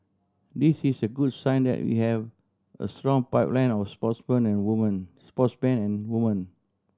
this is a good sign that we have a strong pipeline of sportsmen and women sportsmen and women